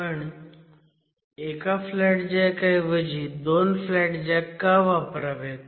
पण एका flat jack ऐवजी दोन फ्लॅट जॅक का वापरावेत